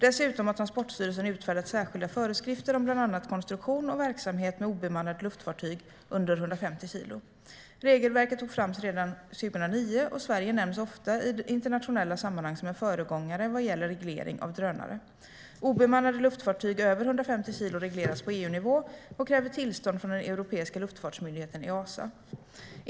Dessutom har Transportstyrelsen utfärdat särskilda föreskrifter om bland annat konstruktion och verksamhet med obemannade luftfartyg under 150 kilo. Regelverket togs fram redan 2009, och Sverige nämns ofta i internationella sammanhang som en föregångare vad gäller reglering av drönare. Obemannade luftfartyg över 150 kilo regleras på EU-nivå och kräver tillstånd från den europeiska luftfartsmyndigheten Easa.